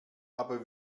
aber